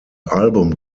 album